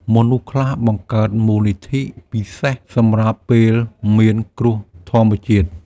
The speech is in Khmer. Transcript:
មនុស្សខ្លះបង្កើតមូលនិធិពិសេសសម្រាប់ពេលមានគ្រោះធម្មជាតិ។